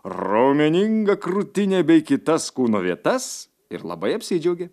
raumeningą krūtinę bei kitas kūno vietas ir labai apsidžiaugė